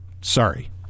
sorry